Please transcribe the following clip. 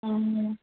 అవును మ్యాడమ్